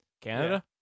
Canada